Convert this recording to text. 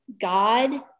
god